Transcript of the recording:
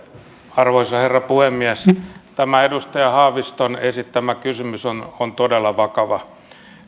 arvoisa herra puhemies tämä edustaja haaviston esittämä kysymys on on todella vakava